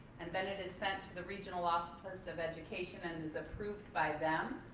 and then it is sent to the regional office of education and is approved by them.